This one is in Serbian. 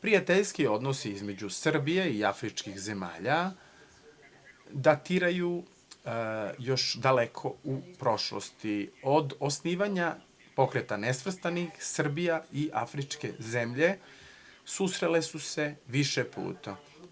Prijateljski odnosi između Srbije i afričkih zemalja datiraju još daleko u prošlosti, od osnivanja Pokreta nesvrstanih, Srbija i Afričke zemlje susrele su se više puta.